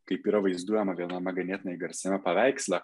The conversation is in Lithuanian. kaip yra vaizduojama viename ganėtinai garsiame paveiksle